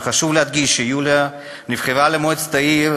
וחשוב להדגיש שיוליה נבחרה למועצת העיר,